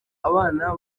abana